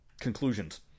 conclusions